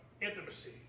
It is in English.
intimacy